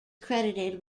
credited